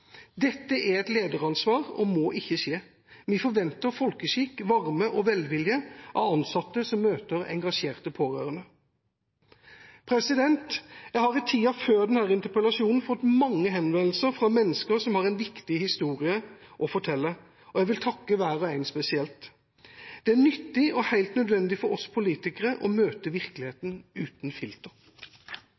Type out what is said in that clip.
Dette er et lederansvar og må ikke skje. Vi forventer folkeskikk, varme og velvilje hos ansatte som møter engasjerte pårørende. Jeg har i tida før denne interpellasjonen fått mange henvendelser fra mennesker som har en viktig historie å fortelle, og jeg vil takke hver og en spesielt. Det er nyttig og helt nødvendig for oss politikere å møte virkeligheten uten filter.